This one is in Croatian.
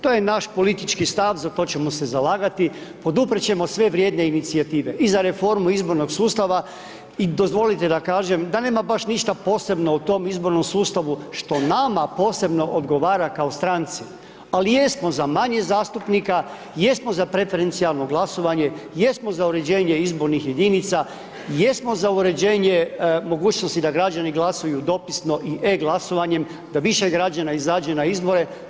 To je naš politički stav, za to ćemo se zalagati, poduprijeti ćemo sve vrijedne inicijative, i za reformu izbornog sustava i dozvolite da kažem da nema baš ništa posebno u tom izbornom sustavu što nama posebno odgovara kao stranci, ali jesmo za manje zastupnika, jesmo za prefencionalno glasovanje, jesmo za uređenje izbornih jedinica, jesmo za uređenje mogućnosti da građani glasuju dopisno i e-glasovanjem, da više građana izađe na izbore.